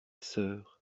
sœur